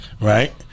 Right